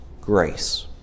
grace